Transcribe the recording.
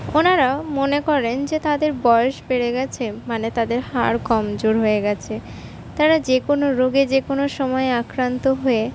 ওঁরা মনে করেন যে তাদের বয়েস বেড়ে গেছে মানে তাদের হাড় কমজোর হয়ে গেছে তারা যে কোনো রোগে যেকোনো সময় আক্রান্ত হয়ে